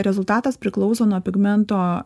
rezultatas priklauso nuo pigmento